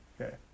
Okay